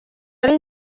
ari